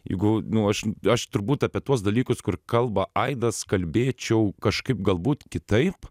jeigu nu aš aš turbūt apie tuos dalykus kur kalba aidas kalbėčiau kažkaip galbūt kitaip